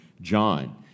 John